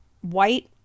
white